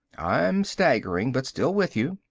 i'm staggering, but still with you.